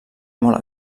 molt